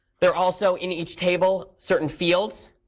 there are also, in each table, certain fields.